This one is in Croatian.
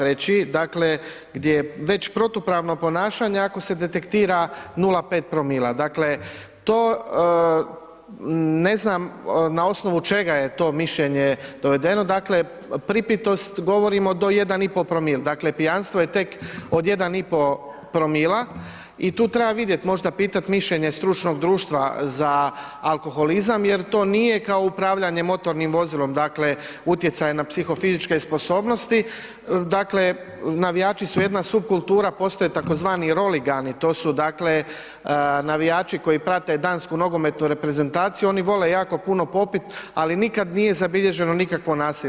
3., dakle gdje već protupravno ponašanje ako se detektira 0,5 promila, dakle, to ne znam na osnovu čega je to mišljenje doveden, dakle, pripitost govorimo do 1,5 promil, dakle, pijanstvo je tek od 1,5 promila i tu treba vidjeti, možda pitati mišljenje stručnog društva za alkoholizam jer to nije kao upravljanje motornim vozilom, dakle utjecaj na psihofizičke sposobnosti, dakle navijači su jedna supkultura, postoje tzv. Roligani, to su dakle navijači koji prate dansku nogometnu reprezentaciju, oni vole jako puno popiti, ali nikad nije zabilježeno nikako nasilje.